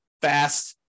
fast